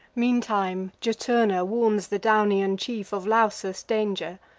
meantime juturna warns the daunian chief of lausus' danger,